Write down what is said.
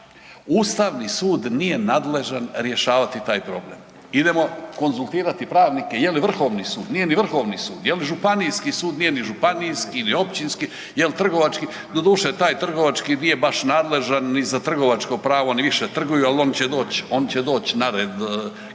Ustavni sud nije nadležan rješavati taj problem. Idemo konzultirati pravnike je li Vrhovni sud? Nije ni Vrhovni sud. Je li Županijski sud? Nije ni županijski, ni općinski. Jel trgovački? Doduše taj trgovački nije baš nadležan ni za trgovačko pravo oni više trguju, ali će oni će doć na red